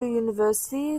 university